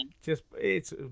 just—it's